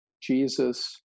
Jesus